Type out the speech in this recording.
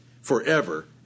forever